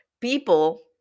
people